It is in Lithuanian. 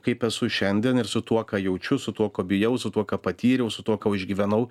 kaip esu šiandien ir su tuo ką jaučiu su tuo ko bijau su tuo ką patyriau su tuo ką išgyvenau